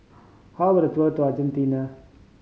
how about a tour to Argentina